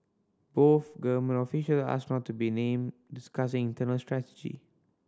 both government official asked not to be named discussing internal strategy